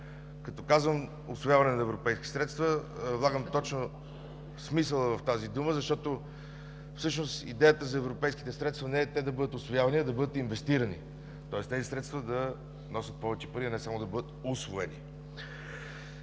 Като казвам „усвояване на европейски средства”, влагам точно смисъла в тази дума, защото всъщност идеята за европейските средства не е те да бъдат усвоявани, а да бъдат инвестирани, тоест тези средства да носят повече пари, а не само да бъдат усвоени.